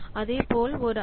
இதேபோல் ஒரு ஐ